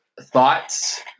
thoughts